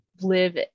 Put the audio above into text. live